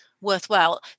worthwhile